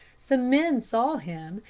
some men saw him,